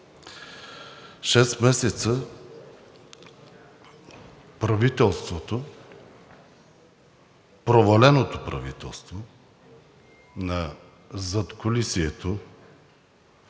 Шест месеца правителството, проваленото правителство на задкулисието,